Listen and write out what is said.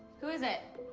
who is it?